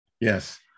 Yes